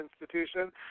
Institution